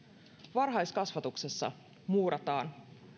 varhaiskasvatuksessa muurataan